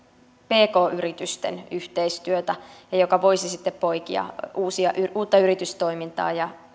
pk yritysten yhteistyötä ja joka voisi sitten poikia uutta yritystoimintaa ja